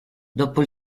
dopo